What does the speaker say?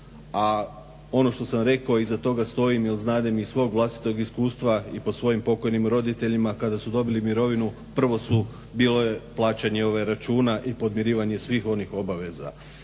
a ono što sam rekao iza toga stojim jer znam i iz svog vlastitog iskustva i po svojim pokojnim roditeljima kada su dobili mirovinu prvo su bilo je plaćanje računa i podmirivanje svih onih obaveza.